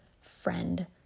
friend